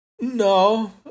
No